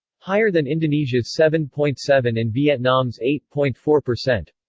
higher than indonesia's seven point seven and vietnam's eight point four percent